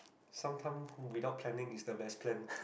sometime without planning is the best plan